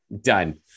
Done